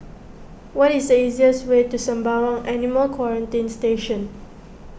what is the easiest way to Sembawang Animal Quarantine Station